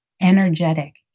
energetic